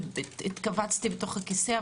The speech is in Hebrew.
והתכווצתי בתוך הכיסא,